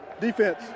Defense